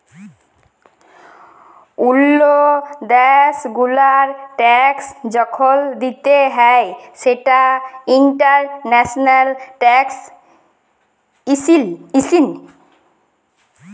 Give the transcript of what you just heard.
ওল্লো দ্যাশ গুলার ট্যাক্স যখল দিতে হ্যয় সেটা ইন্টারন্যাশনাল ট্যাক্সএশিন